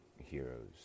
heroes